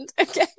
okay